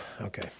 Okay